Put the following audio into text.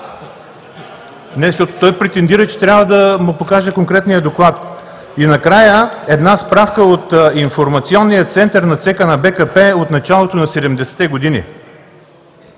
Не, защото той претендира, че трябва да му покажа конкретния доклад. И накрая, една справка от Информационния център на ЦК на БКП от началото на 70-те години: